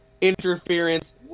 interference